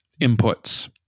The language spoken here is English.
inputs